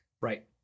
right